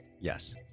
Yes